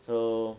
so